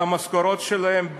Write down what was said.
והמשכורות שלהם,